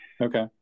Okay